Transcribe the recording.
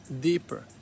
deeper